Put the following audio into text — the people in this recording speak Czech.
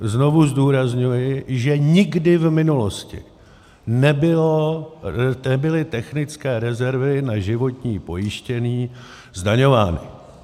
Znovu zdůrazňuji, že nikdy v minulosti nebyly technické rezervy na životní pojištění zdaňovány.